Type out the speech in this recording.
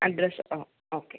address ആ okay